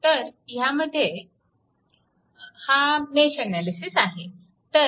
तर ह्यामध्ये हा मेश अनालिसिस आहे